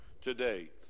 today